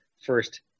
first